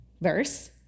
verse